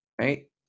right